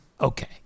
Okay